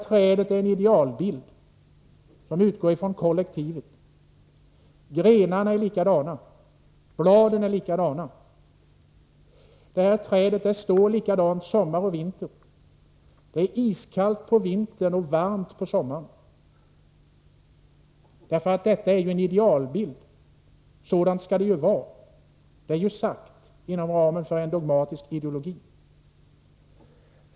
Trädet är en idealbild som utgår från kollektivet. Grenarna är likadana liksom också bladen. Det här trädet står likadant sommar som vinter. Det är iskallt på vintern och varmt på sommaren. Detta är ju en idealbild. Sådant skall det ju vara. Det är ju sagt inom ramen för en dogmatisk ideologi.